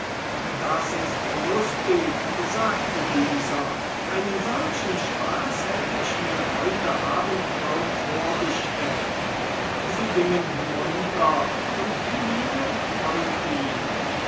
das ist lustig sagte dieser einen solchen spaß hätte ich mir heut abend kaum vorgestellt sie gingen hinunter und philine folgte ihnen